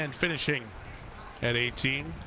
and finishing at eighteen,